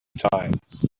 times